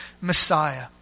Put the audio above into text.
messiah